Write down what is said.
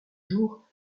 jours